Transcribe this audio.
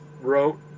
wrote